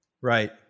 Right